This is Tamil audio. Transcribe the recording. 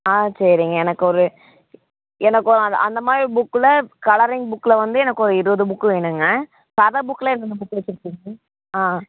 ஆ சரிங்க எனக்கு ஒரு எனக்கு ஒரு அந்தமாதிரி புக்கில் கலரிங் புக்கில் வந்து எனக்கு ஒரு இருபது புக் வேணும்ங்க கதை புக்கில் என்னென்ன புக் வச்சுருக்கீங்க